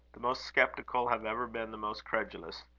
the most sceptical have ever been the most credulous.